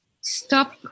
Stop